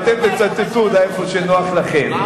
ואתם תצטטו אותה איפה שנוח לכם.